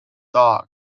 dog